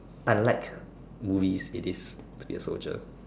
unlike movies it is to be a soldier